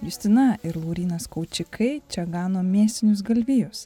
justina ir laurynas kaučiukai čia gano mėsinius galvijus